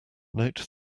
note